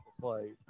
play